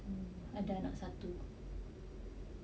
ada anak satu